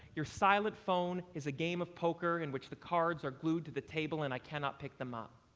your silent phone is a game of poker in which the cards are glued to the table and i cannot pick them up.